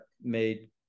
made